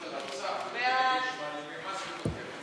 ההצעה להעביר את הנושא לוועדת החינוך,